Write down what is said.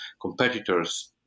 competitors